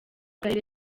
karere